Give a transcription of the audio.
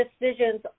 decisions